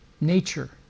nature